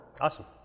Awesome